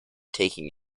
taking